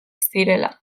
zirela